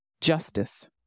justice